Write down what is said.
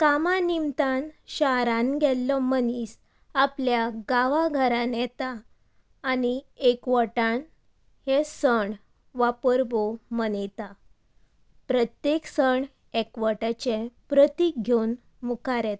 कामा निमतान शारांत गेल्लो मनीस आपल्या गांवाघरान येता आनी एकवटान हे सण वा परबो मनयता प्रत्येक सण एकवटाचें प्रतीक घेवन मुखार येता